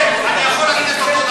אני יכול להגיד את אותו דבר.